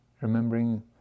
Remembering